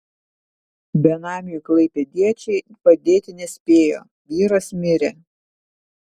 benamiui klaipėdiečiai padėti nespėjo vyras mirė